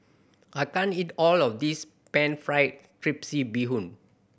I can't eat all of this pan fried bee hoon